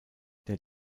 der